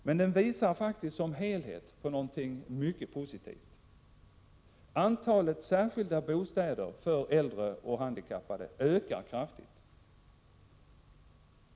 Kartläggningen visar som helhet på någonting som är mycket positivt: antalet särskilda bostäder för äldre och handikappade ökar kraftigt.